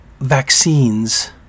vaccines